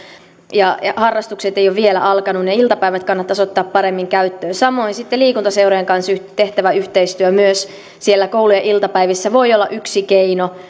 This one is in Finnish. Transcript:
ja harrastukset eivät ole vielä alkaneet ne iltapäivät kannattaisi ottaa paremmin käyttöön samoin sitten liikuntaseurojen kanssa tehtävä yhteistyö myös siellä koulujen iltapäivissä voi olla yksi keino